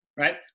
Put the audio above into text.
right